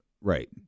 Right